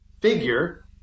figure